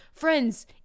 Friends